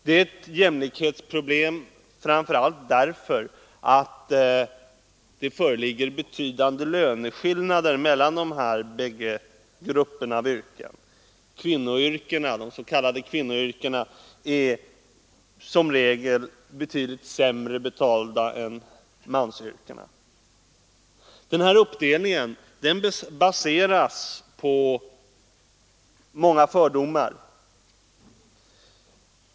Det är ett jämlikhetsproblem framför allt därför att betydande löneskillnader föreligger mellan de här bägge grupperna av yrken — de s.k. kvinnoyrkena är som regel betydligt sämre betalda än mansyrkena. Denna uppdelning baseras på många fördomar.